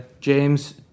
James